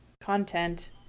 content